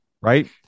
right